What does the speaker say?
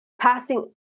passing